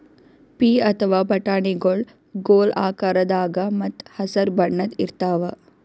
ಪೀ ಅಥವಾ ಬಟಾಣಿಗೊಳ್ ಗೋಲ್ ಆಕಾರದಾಗ ಮತ್ತ್ ಹಸರ್ ಬಣ್ಣದ್ ಇರ್ತಾವ